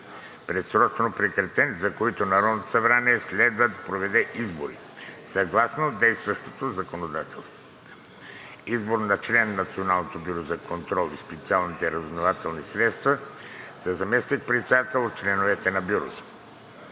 предсрочно прекратен, за които Народното събрание следва да проведе избори съгласно действащото законодателство. Избор на член на Националното бюро за контрол на специалните разузнавателни средства и на заместник-председател от членовете на Бюрото.